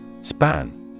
Span